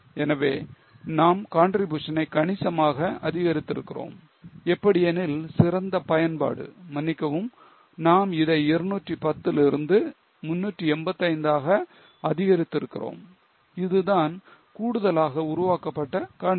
எனவே நாம் contribution னை கணிசமாக அதிகரித்திருக்கிறோம் எப்படியெனில் சிறந்த பயன்பாடு மன்னிக்கவும் நாம் இதை 210 இதிலிருந்து 385 ஆக அதிகரித்திருக்கிறோம் இதுதான் கூடுதலாக உருவாக்கப்பட்ட contribution